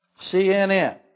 CNN